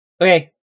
Okay